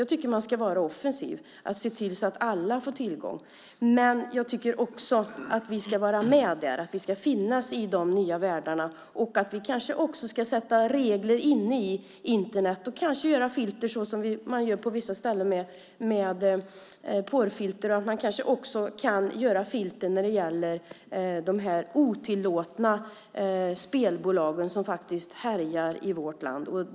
Jag tycker att man ska vara offensiv och se till att alla får tillgång. Jag tycker också att vi ska vara med där, att vi ska finnas i de nya världarna och att vi kanske ska sätta regler inne i Internet, kanske göra filter som man gör på vissa ställen med porrfilter. Man kanske också kan göra filter när det gäller de otillåtna spelbolag som faktiskt härjar i vårt land.